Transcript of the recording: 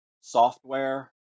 software